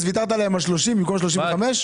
ויתרת להם על 30 במקום 35?